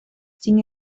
sin